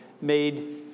made